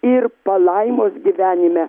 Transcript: ir palaimos gyvenime